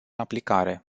aplicare